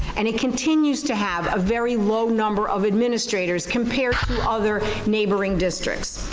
and it continues to have a very low number of administrators compared to other neighboring districts.